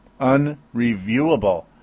Unreviewable